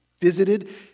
visited